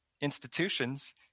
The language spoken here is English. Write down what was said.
institutions